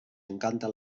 encanta